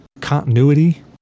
continuity